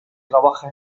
trabaja